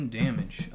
damage